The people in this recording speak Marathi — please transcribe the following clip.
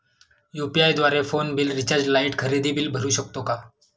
यु.पी.आय द्वारे फोन बिल, रिचार्ज, लाइट, खरेदी बिल भरू शकतो का?